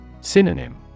Synonym